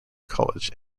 college